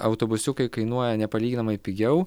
autobusiukai kainuoja nepalyginamai pigiau